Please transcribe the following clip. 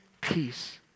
peace